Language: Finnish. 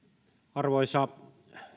arvoisa